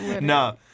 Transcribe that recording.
No